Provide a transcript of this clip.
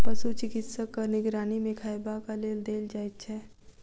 पशु चिकित्सकक निगरानी मे खयबाक लेल देल जाइत छै